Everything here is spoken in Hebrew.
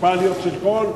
המוניציפליות של כל,